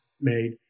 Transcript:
made